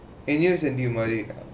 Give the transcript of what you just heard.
in years and new money